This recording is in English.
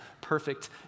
perfect